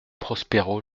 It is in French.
prospero